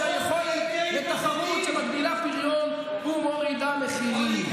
היכולת לתחרות שמגדילה פריון ומורידה מחירים.